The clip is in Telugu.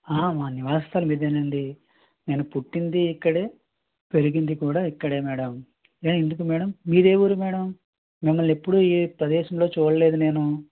మా నివాస స్థలం ఇదేనండీ నేను పుట్టింది ఇక్కడే పెరిగింది కూడా ఇక్కడే మేడమ్ ఏ ఎందుకు మేడమ్ మీది ఏ ఊరు మేడమ్ మిమ్మల్ని ఎప్పుడు ఈ ప్రదేశంలో చూడలేదు నేను